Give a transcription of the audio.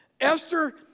Esther